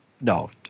no